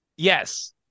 Yes